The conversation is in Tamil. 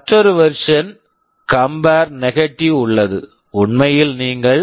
மற்றொரு version version compare negative compare negative உள்ளது உண்மையில் நீங்கள்